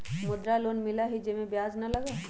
मुद्रा लोन मिलहई जे में ब्याज न लगहई?